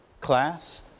class